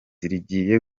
rigiye